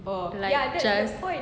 like just